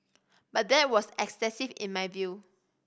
but that was excessive in my view